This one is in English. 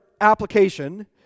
application